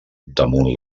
damunt